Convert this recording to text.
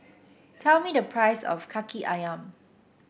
tell me the price of kaki ayam